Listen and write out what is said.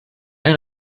ein